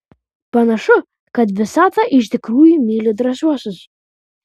panašu kad visata iš tikrųjų myli drąsiuosius